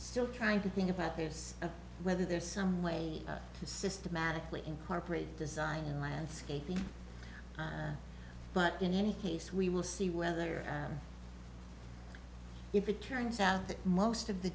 still trying to think about there's a whether there's some way to systematically incorporate design in landscaping but in any case we will see whether if it turns out that most of the